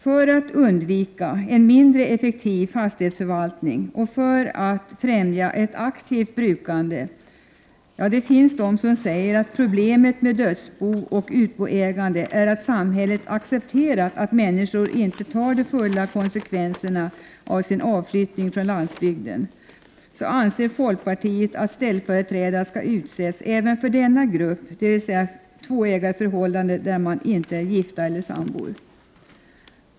För att undvika en mindre effektiv fastighetsförvaltning och för att främja ett aktivt brukande — det finns de som säger att problemet med dödsbon och utboägande är att samhället accepterat att människor inte tar de fulla konsekvenserna av sin avflyttning från landsbygden — anser folkpartiet att ställföreträdare skall utses även för denna grupp, dvs. tvåägarförhållanden där personerna inte är gifta eller sambor.